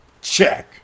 Check